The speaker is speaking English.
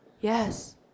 Yes